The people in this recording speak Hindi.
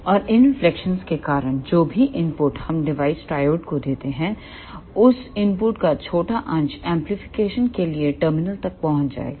और इन रिफ्लेक्शन के कारण जो भी इनपुट हम डिवाइस ट्रायोड को देते हैं उस इनपुट का छोटा अंश एमप्लीफिकेशन के लिए टर्मिनल तक पहुंच जाएगा